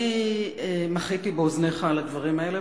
אני מחיתי באוזניך על הדברים האלה,